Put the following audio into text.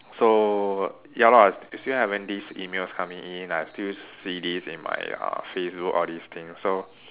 so ya lor I still still having these emails coming in I have still see this in my uh Facebook all these thing so